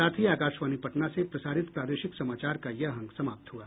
इसके साथ ही आकाशवाणी पटना से प्रसारित प्रादेशिक समाचार का ये अंक समाप्त हुआ